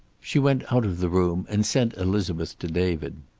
she went out of the room, and sent elizabeth to david.